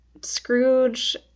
Scrooge